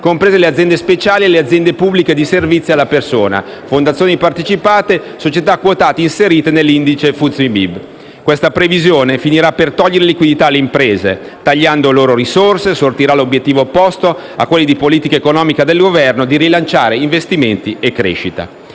comprese le aziende speciali e le aziende pubbliche di servizi alla persona, fondazioni partecipate e società quotate inserite nell'indice FTSE MIB. Questa ultima previsione finirà per togliere liquidità alle imprese, tagliando loro risorse, e sortirà l'obiettivo opposto a quelli di politica economica del Governo di rilanciare gli investimenti e la crescita;